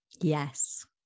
Yes